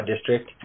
District